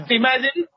imagine